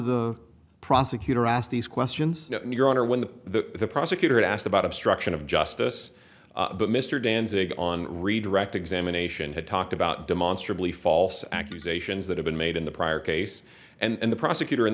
the prosecutor asked these questions in your honor when the prosecutor asked about obstruction of justice but mr danzig on redirect examination had talked about demonstrably false accusations that have been made in the prior case and the prosecutor in